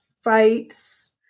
fights